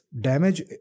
damage